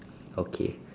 okay